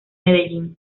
medellín